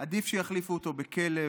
"עדיף שיחליפו אותו בכלב.